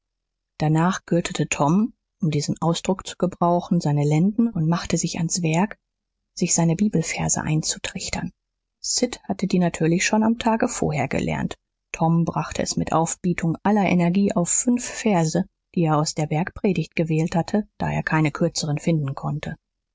danach gürtete tom um diesen ausdruck zu gebrauchen seine lenden und machte sich ans werk sich seine bibelverse einzutrichtern sid hatte die natürlich schon am tage vorher gelernt tom brachte es mit aufbietung aller energie auf fünf verse die er aus der bergpredigt gewählt hatte da er keine kürzeren finden konnte